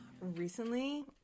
Recently